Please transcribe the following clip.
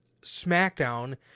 SmackDown